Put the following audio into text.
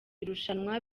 irushanwa